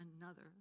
another